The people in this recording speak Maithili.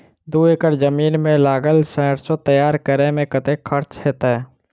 दू एकड़ जमीन मे लागल सैरसो तैयार करै मे कतेक खर्च हेतै?